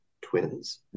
twins